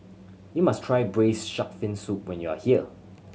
you must try Braised Shark Fin Soup when you are here